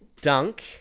Dunk